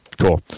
Cool